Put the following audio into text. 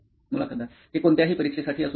मुलाखतदार हे कोणत्याही परीक्षेसाठी असू शकते